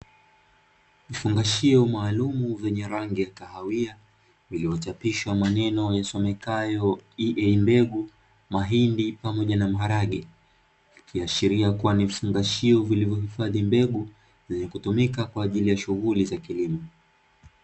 Vifungashio maalumu vyenye rangi ya kahawia, vilivyochapishwa maneno yasomekayo "EA mbegu, mahindi pamoja na maharage", ikiashiria kuwa ni vifungashio vilivyohifadhi mbegu zenye kutumika kwa ajili ya shughuli za kilimo.